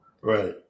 Right